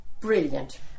brilliant